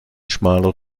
schmaler